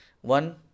One